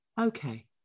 okay